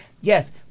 Yes